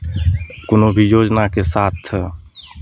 कोनो भी योजनाके साथ